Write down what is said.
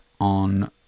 on